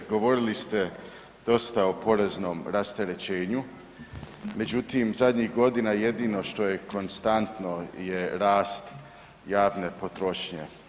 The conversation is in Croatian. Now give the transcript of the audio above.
Govorili ste dosta o poreznom rasterećenju, međutim zadnjih godina jedino što je konstantno je rast javne potrošnje.